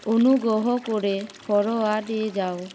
অনুগ্রহ করে ফরোয়ার্ডে যাও